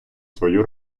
свою